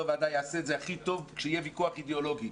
ועדה יעשה את זה הכי טוב כשיהיה ויכוח אידיאולוגי.